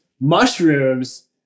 Mushrooms